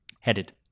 headed